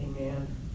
Amen